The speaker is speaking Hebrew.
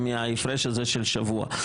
בגלל ההפרש הזה של שבוע.